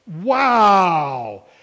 wow